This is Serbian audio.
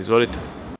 Izvolite.